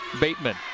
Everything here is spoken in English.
Bateman